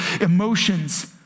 emotions